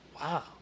Wow